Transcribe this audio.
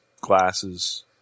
glasses